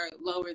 lower